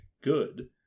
good